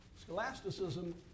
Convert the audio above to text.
Scholasticism